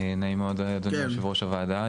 נעים מאוד אדוני יו"ר הוועדה.